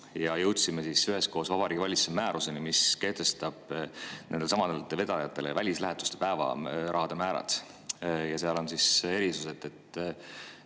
Jõudsime üheskoos Vabariigi Valitsuse määruseni, mis kehtestab nendele samadele vedajatele välislähetuste päevarahade määrad. Seal on erisus, et